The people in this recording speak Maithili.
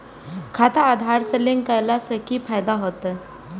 खाता आधार से लिंक केला से कि फायदा होयत?